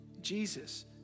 Jesus